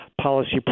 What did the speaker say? policy